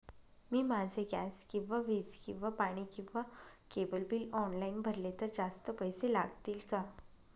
मी माझे गॅस किंवा वीज किंवा पाणी किंवा केबल बिल ऑनलाईन भरले तर जास्त पैसे लागतील का?